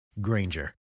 Granger